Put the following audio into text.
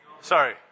Sorry